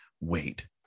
wait